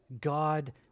God